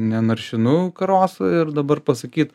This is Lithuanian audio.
nenaršinau karosą ir dabar pasakyt